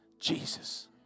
Jesus